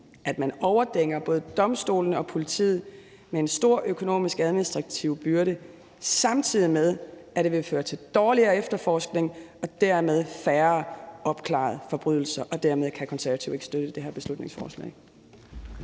at man overdænger både domstolene og politiet med en stor økonomisk og administrativ byrde, samtidig med at det vil føre til dårligere efterforskning og dermed færre opklarede forbrydelser. Dermed kan Konservative ikke støtte det her beslutningsforslag.